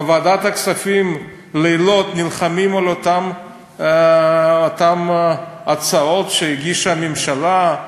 בוועדת הכספים לילות נלחמים על אותן הצעות שהגישה הממשלה,